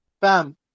Bam